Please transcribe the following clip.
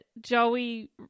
Joey